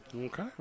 Okay